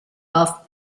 off